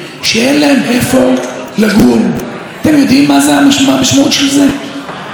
הצעירים שלנו מתחילים להרגיש חוסר שייכות למדינה.